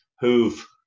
who've